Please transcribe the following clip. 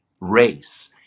race